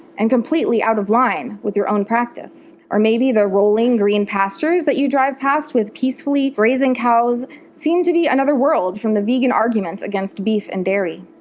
and completely out of line with your own practice. or maybe the rolling green pastures you drive past, with peacefully grazing cows seem to be another world from the vegan arguments against beef and dairy.